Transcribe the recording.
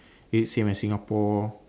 is it same as Singapore